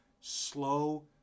slow